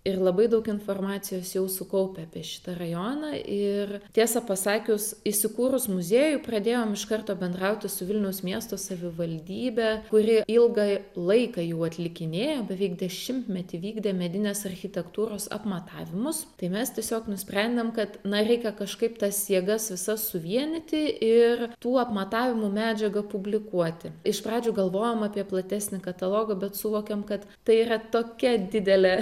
ir labai daug informacijos jau sukaupę apie šitą rajoną ir tiesą pasakius įsikūrus muziejui pradėjom iš karto bendrauti su vilniaus miesto savivaldybe kuri ilgą laiką jau atlikinėjo beveik dešimtmetį vykdė medinės architektūros apmatavimus tai mes tiesiog nusprendėm kad na reikia kažkaip tas jėgas visas suvienyti ir tų apmatavimų medžiagą publikuoti iš pradžių galvojom apie platesnį katalogą bet suvokėm kad tai yra tokia didelė